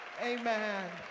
Amen